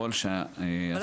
שככול שההחזרות --- אבל,